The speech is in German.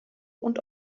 und